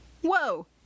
Whoa